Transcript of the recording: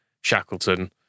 Shackleton